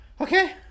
Okay